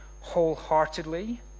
wholeheartedly